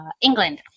England